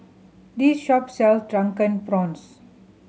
this shop sell Drunken Prawns